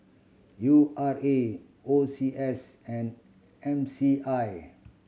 U R A O C S and M C I